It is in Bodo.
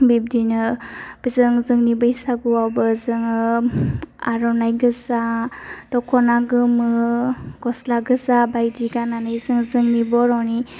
बिब्दिनो जों जोंनि बैसागुआवबो जोङो आर'नाइ गोजा दख'ना गोमो गस्ला गोजा बायदि गाननानै जों जोंनि बर'नि